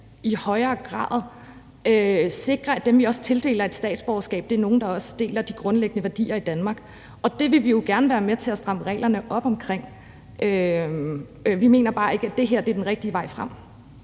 i højere grad skal sikre, at dem, vi tildeler et statsborgerskab, også er nogle, der deler de grundlæggende værdier i Danmark. Det vil vi jo gerne være med til at stramme reglerne op omkring. Vi mener bare ikke, at det her er den rigtige vej frem.